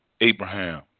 Abraham